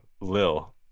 Lil